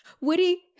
Woody